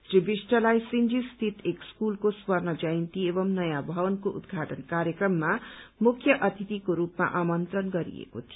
श्री विष्टलाई सिन्जी स्थित एक स्कूलको स्वर्ण जयन्ती एवं नयाँ भवनको उद्घाटन कार्यक्रममा मुख्य अतिथिको रूपमा आमन्त्रण गरिएको थियो